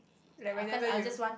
like whenever you